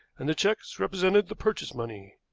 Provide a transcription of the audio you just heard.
and the checks represented the purchase money.